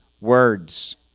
words